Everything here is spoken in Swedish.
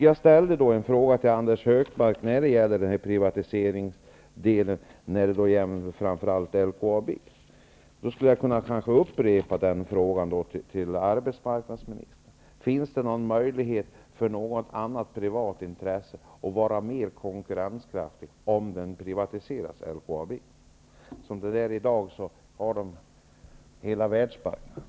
Jag ställde en fråga till Anders G Högmark när det gäller privatiseringar framför allt i fråga om LKAB. Jag skulle kunna upprepa den frågan till arbetsmarknadsministern. Finns det någon möjlighet för privata intressen att skapa ett mer konkurrenskraftigt företag, om LKAB privatiseras? Som det är i dag har man hela världsmarknaden.